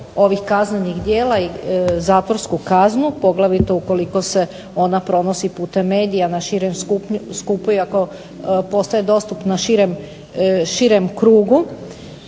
ovih kaznenih djela i zatvorsku kaznu poglavito ukoliko se ona pronosi putem medija na širem skupu i ako postaje dostupna širem krugu,